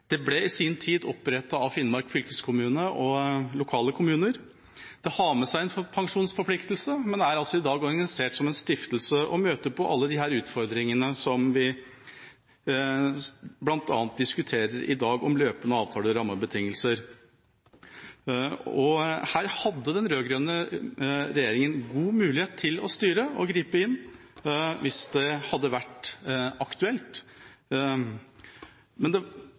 ble i sin tid opprettet av Finnmark fylkeskommune og lokale kommuner. Det har med seg en pensjonsforpliktelse, men er i dag organisert som en stiftelse og møter alle disse utfordringene om løpende avtale- og rammebetingelser som vi bl.a. diskuterer i dag. Her hadde den rød-grønne regjeringa god mulighet til å styre og gripe inn hvis det hadde vært aktuelt. Men det